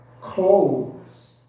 clothes